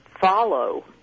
follow